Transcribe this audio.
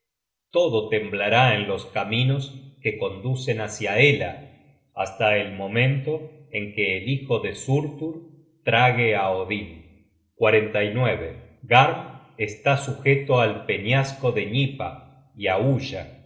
todo temblará en los caminos que conducen hácia hela hasta el momento en que el hijo de surtur trague á odin garm está sujeto al peñasco de gnipa y aulla